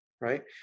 right